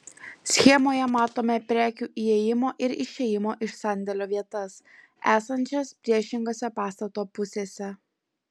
schemoje matome prekių įėjimo ir išėjimo iš sandėlio vietas esančias priešingose pastato pusėse